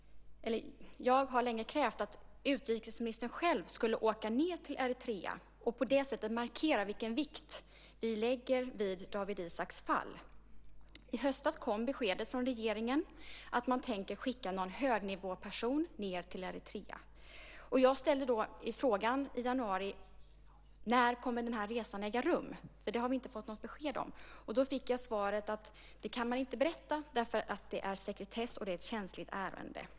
Jag har länge krävt att utrikesministern själv skulle åka ned till Eritrea och på det sättet markera vilken vikt vi lägger vid Dawit Isaaks fall. I höstas kom beskedet från regeringen att man tänker skicka någon högnivåperson ned till Eritrea. Jag ställde då frågan i januari: När kommer den här resan att äga rum? Det har vi inte fått något besked om. Då fick jag svaret att man inte kan berätta det därför att det är sekretessbelagt och ett känsligt ärende.